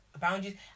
boundaries